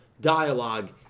dialogue